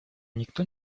никто